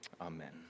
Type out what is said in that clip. Amen